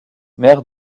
maire